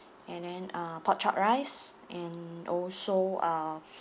and then uh pork chop rice and also uh